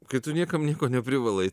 kai tu niekam nieko neprivalai